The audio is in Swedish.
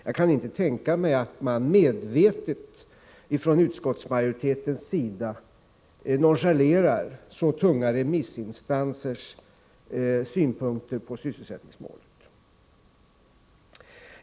Jag kan inte tänka mig att utskottsmajoriteten medvetet nonchalerar så tunga remissinstansers synpunkter på sysselsättningsmålet.